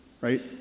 right